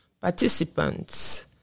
participants